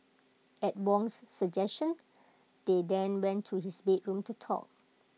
at Wong's suggestion they then went to his bedroom to talk